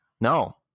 No